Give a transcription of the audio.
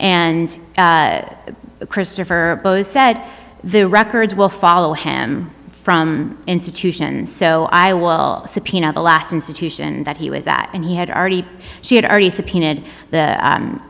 and christopher said the records will follow him from institution so i will subpoena the last institution that he was at and he had already she had already subpoenaed the